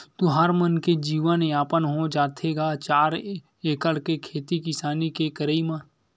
तुँहर मन के जीवन यापन हो जाथे गा चार एकड़ के खेती किसानी के करई म?